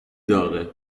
داغه